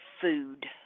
food